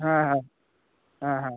হ্যাঁ হ্যাঁ হ্যাঁ হ্যাঁ